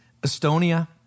Estonia